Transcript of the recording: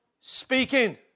speaking